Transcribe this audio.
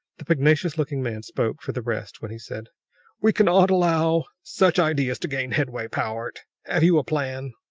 the pugnacious-looking man spoke for the rest when he said we cannot allow such ideas to gain headway, powart! have you a plan?